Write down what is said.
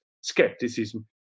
skepticism